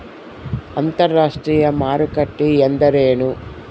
ಅಂತರಾಷ್ಟ್ರೇಯ ಮಾರುಕಟ್ಟೆ ಎಂದರೇನು?